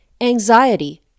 anxiety